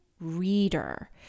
reader